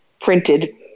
printed